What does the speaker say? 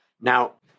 Now